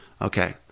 Okay